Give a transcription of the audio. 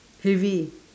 heavy